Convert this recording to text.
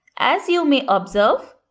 as you may observe,